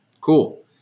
cool